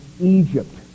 Egypt